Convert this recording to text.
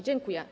Dziękuję.